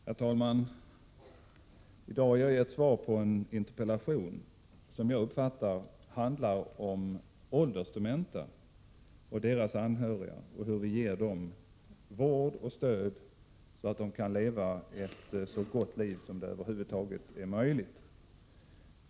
Herr talman! I dag har jag gett svar på en interpellation som jag uppfattar handlar om åldersdementa och deras anhöriga och om hur vi ger de gamla vård och stöd, så att de kan leva ett så gott liv som det över huvud taget är möjligt.